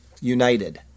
united